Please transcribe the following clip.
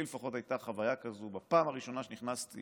לי לפחות הייתה חוויה כזאת בפעם הראשונה שנכנסתי